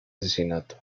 asesinato